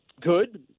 good